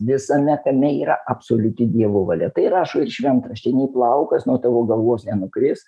visame kame yra absoliuti dievo valia tai rašo ir šventrašty nei plaukas nuo tavo galvos nenukris